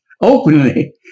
openly